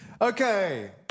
Okay